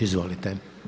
Izvolite.